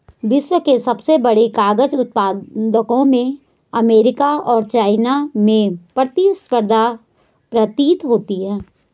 विश्व के सबसे बड़े कागज उत्पादकों में अमेरिका और चाइना में प्रतिस्पर्धा प्रतीत होता है